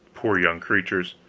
poor young creatures!